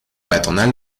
peatonal